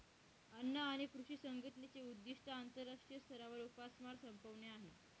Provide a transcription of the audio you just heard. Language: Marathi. अन्न आणि कृषी संघटनेचे उद्दिष्ट आंतरराष्ट्रीय स्तरावर उपासमार संपवणे आहे